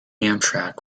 amtrak